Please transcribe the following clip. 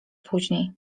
później